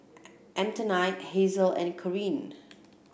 Antionette Hazelle and Caryn